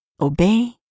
Obey